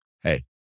Hey